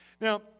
Now